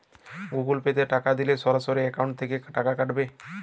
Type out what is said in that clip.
Google Pay তে টাকা দিলে কি সরাসরি অ্যাকাউন্ট থেকে টাকা কাটাবে?